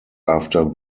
after